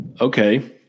Okay